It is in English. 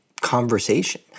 conversation